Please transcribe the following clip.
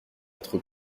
être